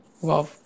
Wow